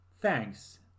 Thanks